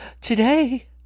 Today